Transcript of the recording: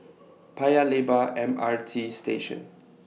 Paya Lebar M R T Station